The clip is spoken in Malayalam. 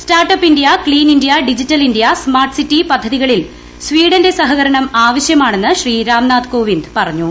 startup India clean India digital India smart city പദ്ധതികളിൽ സ്വീഡന്റെ സഹകരണം ആവശ്യമാണെന്ന് ശ്രീ രാംനാഥ് ക്ട്രോവിന്ദ് പറഞ്ഞു